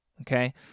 okay